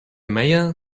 mayor